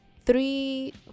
three